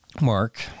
mark